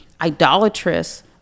idolatrous